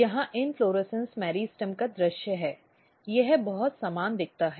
यहाँ inflorescence meristem का दृश्य है यह बहुत समान दिखता है